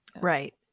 Right